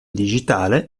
digitale